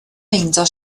meindio